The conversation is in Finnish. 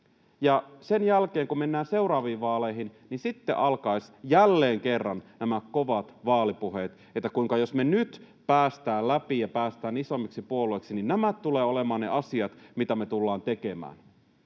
sen jälkeen, kun mennään seuraaviin vaaleihin, sitten alkaisivat jälleen kerran nämä kovat vaalipuheet, kuinka jos me nyt päästään läpi ja päästään isoimmiksi puolueiksi, nämä tulevat olemaan ne asiat, mitä me tullaan tekemään